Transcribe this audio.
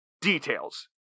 details